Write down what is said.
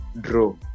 draw